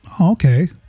okay